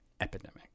epidemic